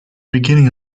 beginning